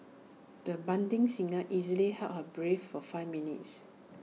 the budding singer easily held her breath for five minutes